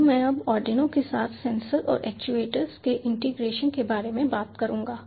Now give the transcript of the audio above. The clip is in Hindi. हैलो मैं अब आर्डिनो के साथ सेंसर और एक्चुएटर्स के इंटीग्रेशन के बारे में बात करूंगा